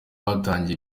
hatangiye